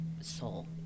soul